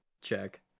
check